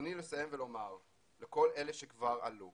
ברצוני לסיים ולומר לכל אלה שכבר עלו